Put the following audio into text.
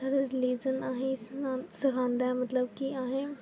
साढ़ा रिलिजन अहें ई सखांदा ऐ मतलब की अहें